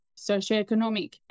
socioeconomic